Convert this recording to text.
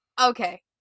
okay